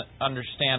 understand